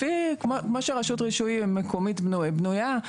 לפי, כמו שרשות רישוי מקומית בנויה,